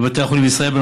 בבתי החולים בישראל.